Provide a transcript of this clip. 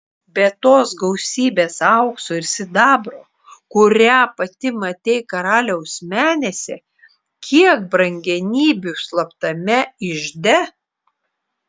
be tos gausybės aukso ir sidabro kurią pati matei karaliaus menėse kiek brangenybių slaptame ižde